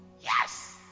yes